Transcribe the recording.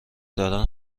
دارن